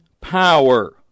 power